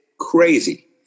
crazy